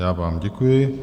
Já vám děkuji.